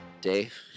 Dave